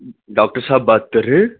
doctor صاحب بات کر رہے ہیں